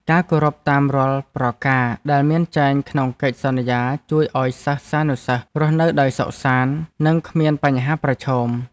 ការគោរពតាមរាល់ប្រការដែលមានចែងក្នុងកិច្ចសន្យាជួយឱ្យសិស្សានុសិស្សរស់នៅដោយសុខសាន្តនិងគ្មានបញ្ហាប្រឈម។